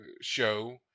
show